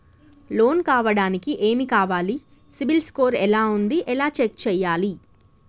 Loan కావడానికి ఏమి కావాలి సిబిల్ స్కోర్ ఎలా ఉంది ఎలా చెక్ చేయాలి?